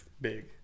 big